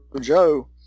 Joe